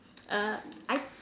err I